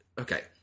Okay